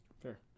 Fair